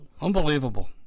unbelievable